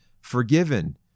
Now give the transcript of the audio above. forgiven